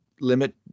limit